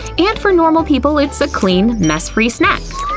and for normal people, it's a clean, mess-free snack.